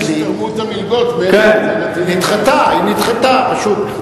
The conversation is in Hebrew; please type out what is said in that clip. המלגות, היא נדחתה, פשוט.